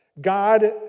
God